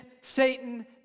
Satan